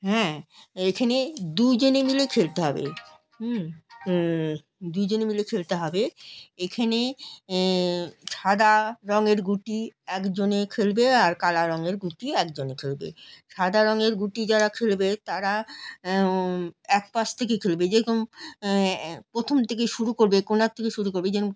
হ্যাঁ এখানে দুজনে মিলে খেলতে হবে হুম দুজনে মিলে খেলতে হবে এখানে সাদা রঙের গুটি একজনে খেলবে আর কালো রঙের গুটি একজনে খেলবে সাদা রঙের গুটি যারা খেলবে তারা এক পাশ থেকে খেলবে যেরকম প্রথম থেকে শুরু করবে কোণার থেকে শুরু করবে যেরকম